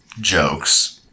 jokes